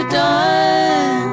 done